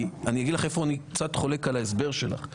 אני אגיד לך איפה אני קצת חולק על ההסבר שלך.